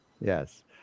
Yes